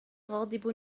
غاضب